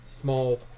small